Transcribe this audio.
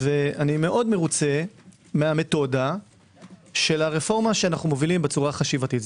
אני מאוד מרוצה מהמתודה של הרפורמה שאנו מובילים בצורה חשיבתית.